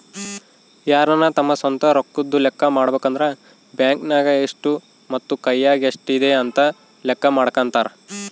ಯಾರನ ತಮ್ಮ ಸ್ವಂತ ರೊಕ್ಕದ್ದು ಲೆಕ್ಕ ಮಾಡಬೇಕಂದ್ರ ಬ್ಯಾಂಕ್ ನಗ ಎಷ್ಟು ಮತ್ತೆ ಕೈಯಗ ಎಷ್ಟಿದೆ ಅಂತ ಲೆಕ್ಕ ಮಾಡಕಂತರಾ